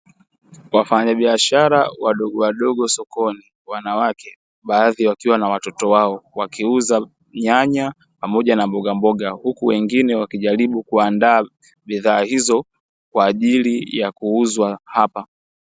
Wafanyabiashara wadogo wadogo sokoni, wanawake, baadhi wakiwa na watoto wao, wakiuza nyanya pamoja na mbogamboga, huku wengine wakijaribu kuandaa bidhaa hizo kwa ajili ya kuuzwa hapa.